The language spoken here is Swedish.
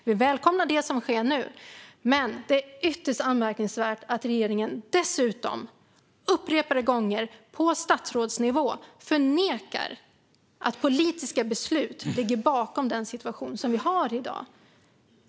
Vi välkomnar det som sker nu, men det är ytterst anmärkningsvärt att regeringen dessutom upprepade gånger på statsrådsnivå förnekar att politiska beslut ligger bakom den situation som vi har i dag.